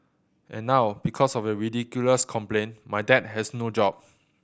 and now because of your ridiculous complaint my dad has no job